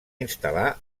instal·lar